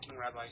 Rabbi